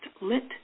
lit